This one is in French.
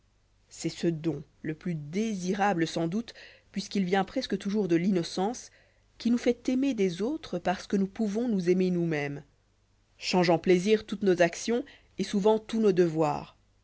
c'est ce don le plus désirable sans doute puisqu'il vient presque toujours de l'innocence qui nous fait aimer des autres parce que nous pouvons nous aimer nous-mêmes change en plaisirs toutes nos actions et souvent tous nos devoirs